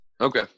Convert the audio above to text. Okay